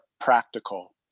practical